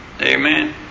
Amen